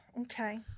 okay